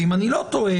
ואם אני לא טועה,